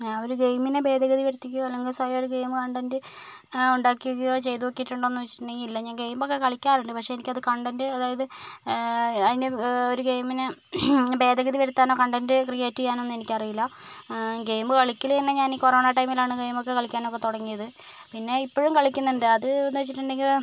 ഞാൻ ഒരു ഗെയിമിനെ ഭേദഗതി വരുത്തുകയോ അല്ലെങ്കിൽ സ്വയം ഒരു ഗെയിം കണ്ടന്റ് ഉണ്ടാക്കുകയോ ചെയ്തുനോക്കിയിട്ടുണ്ടോ എന്ന് ചോദിച്ചിട്ടുണ്ടെങ്കിൽ ഇല്ല ഞാൻ ഗെയിമൊക്കെ കളിക്കാറുണ്ട് പക്ഷെ എനിക്കത് കണ്ടന്റ് അതായത് അതിൻ്റെ ഒരു ഗെയിമിനെ ഭേദഗതി വരുത്താനോ കണ്ടന്റ് ക്രിയേറ്റ് ചെയ്യാനോ ഒന്നും എനിക്കറിയില്ല ഗെയിം കളിക്കൽ തന്നെ ഞാനീ കൊറോണ ടൈമിലാണ് ഗെയിമൊക്കെ കളിക്കാനൊക്കെ തുടങ്ങിയത് പിന്നെ ഇപ്പോഴും കളിക്കുന്നുണ്ട് അത് എന്ന് വെച്ചിട്ടുണ്ടെങ്കിൽ